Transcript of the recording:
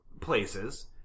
places